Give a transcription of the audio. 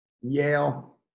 Yale